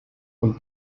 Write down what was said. und